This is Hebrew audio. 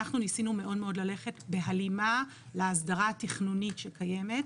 אנחנו ניסינו מאוד ללכת בהלימה להסדרה התכנונית שקיימת,